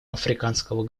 африканского